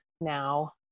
now